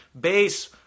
base